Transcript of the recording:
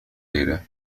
data